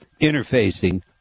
interfacing